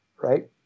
right